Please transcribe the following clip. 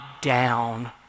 down